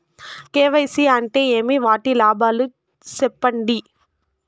KYC అంటే ఏమి? వాటి లాభాలు సెప్పండి?